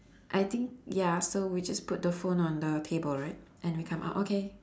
I think ya so we just put the phone on the table right and we come out okay